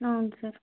అవును సార్